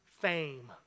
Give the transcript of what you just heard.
fame